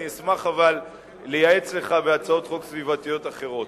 אבל אשמח לייעץ לך בהצעות חוק סביבתיות אחרות.